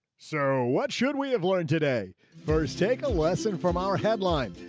so what should we have learned today first take a lesson from our headline,